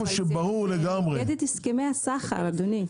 זה נוגד את הסכמי הסחר, אדוני.